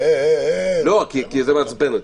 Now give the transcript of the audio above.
אה, אה --- לא, כי זה מעצבן אותי.